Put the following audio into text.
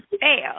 fail